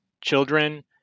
children